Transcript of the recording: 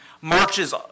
marches